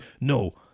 No